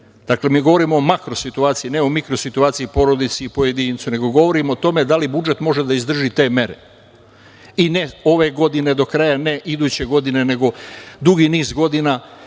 ne govorim o makro situaciji, ne o mikro situaciji, porodici i pojedincu, nego govorim o tome da li budžet može da izdrži te mere i ne ove godine do kraja, ne iduće godine, nego dugi niz godina,